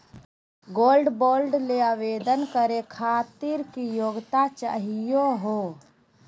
Gold bond ल आवेदन करे खातीर की योग्यता चाहियो हो?